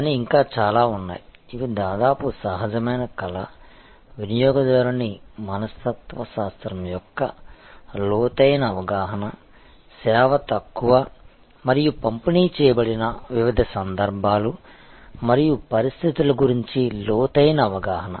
కానీ ఇంకా చాలా ఉన్నాయి ఇవి దాదాపు సహజమైన కళ వినియోగదారుని మనస్తత్వశాస్త్రం యొక్క లోతైన అవగాహన సేవ తక్కువ మరియు పంపిణీ చేయబడిన వివిధ సందర్భాలు మరియు పరిస్థితుల గురించి లోతైన అవగాహన